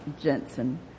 Jensen